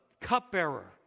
cupbearer